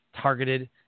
targeted